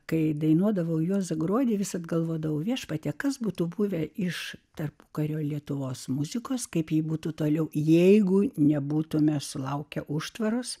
kai dainuodavau juozą gruodį visad galvodavau viešpatie kas būtų buvę iš tarpukario lietuvos muzikos kaip ji būtų toliau jeigu nebūtumėme sulaukę užtvaros